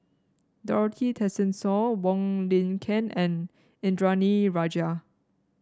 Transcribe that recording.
Dorothy Tessensohn Wong Lin Ken and Indranee Rajah